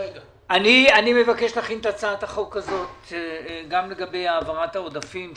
אני מבקש להכין את הצעת החוק הזאת גם לגבי העברת העודפים,